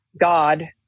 god